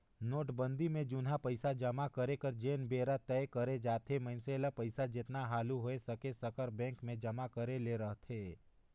नोटबंदी में जुनहा पइसा जमा करे कर जेन बेरा तय करे जाथे मइनसे ल पइसा जेतना हालु होए सकर बेंक में जमा करे ले रहथे